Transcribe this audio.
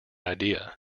idea